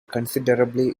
considerably